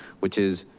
which is,